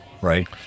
right